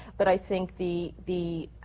but i think the the